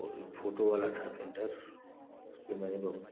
वह जो फोटोवाला था सेंटर उससे मैंने बहुत